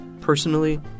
Personally